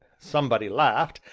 somebody laughed,